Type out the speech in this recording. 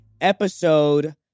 episode